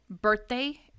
birthday